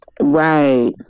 Right